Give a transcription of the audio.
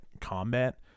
combat